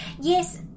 Yes